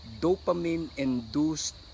dopamine-induced